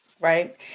Right